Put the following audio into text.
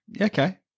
Okay